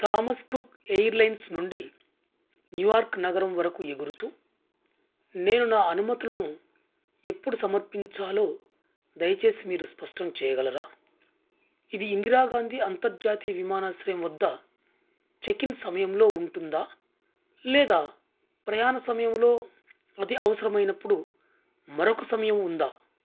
Thomas Cook airlines నుండి New York నగరం వరకు ఎగురుతు నేను నా అనుమతులను ఎప్పుడు సమర్పించాలో దయచేసి మీరు స్పష్టం చేయగలరా ఇది ఇందిరా గాంధీ అంతర్జాతీయ విమానాశ్రయం వద్ద చెక్ ఇన్ సమయంలో ఉంటుందా లేదా ప్రయాణ సమయంలో అది అవసరమైనప్పుడు మరొక సమయం ఉందా